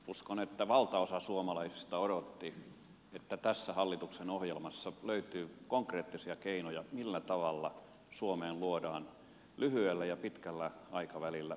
uskon että valtaosa suomalaisista odotti että tässä hallituksen ohjelmassa löytyy konkreettisia keinoja millä tavalla suomeen luodaan lyhyellä ja pitkällä aikavälillä uusia työpaikkoja